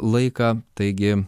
laiką taigi